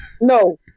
No